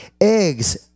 eggs